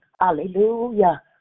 Hallelujah